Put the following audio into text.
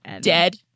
Dead